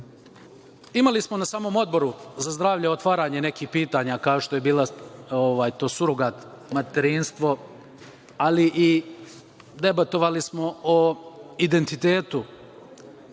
stvar. Imali smo na samom Odboru za zdravlje otvaranje nekih pitanja, kao što je to bilo surogat materinstvo, ali debatovali smo i o identitetu